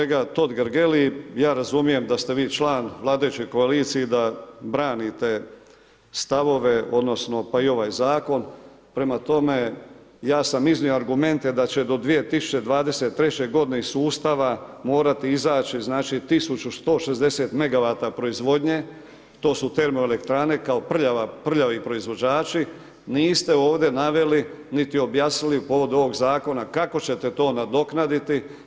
Kolega Totgergeli, ja razumijem da ste vi član vladajuće koalicije i da branite stavove odnosno pa i ovaj zakon, prema tome ja sam iznio argumente da će do 2023. godine iz sustava morati izaći 1160 MW proizvodnje, to su termoelektrana kao prljavi proizvođači, niste ovdje naveli niti objasnili u povodu ovog zakona kako ćete to nadoknaditi.